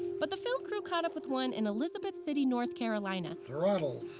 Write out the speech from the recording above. but the film crew caught up with one in elizabeth city, north carolina. throttle.